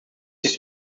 ist